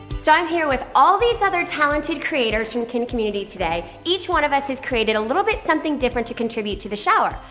so, i'm here with all these other talented creators from kin community today. each one of us has created a little bit something different to contribute to the shower,